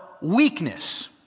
weakness